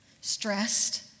stressed